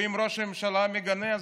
ואם ראש הממשלה מגנה,